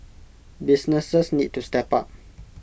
businesses need to step up